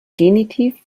genitiv